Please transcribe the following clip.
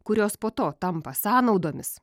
kurios po to tampa sąnaudomis